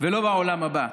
ולא בעולם הבא.